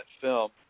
film